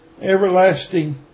everlasting